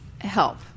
help